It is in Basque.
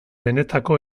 benetako